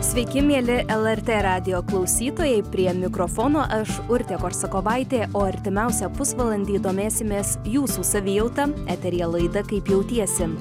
sveiki mieli lrt radijo klausytojai prie mikrofono aš urtė korsakovaitė o artimiausią pusvalandį domėsimės jūsų savijauta eteryje laida kaip jautiesi